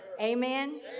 Amen